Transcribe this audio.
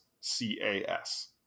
C-A-S